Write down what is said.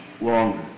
longer